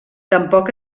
tampoc